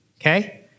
okay